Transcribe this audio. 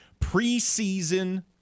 Preseason